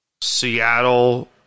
Seattle